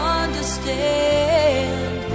understand